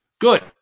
good